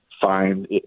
find